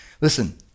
Listen